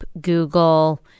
Google